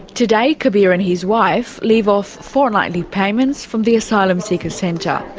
today kabir and his wife live off fortnightly payments from the asylum seeker centre.